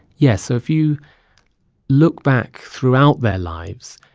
yeah, so if you look back throughout their lives,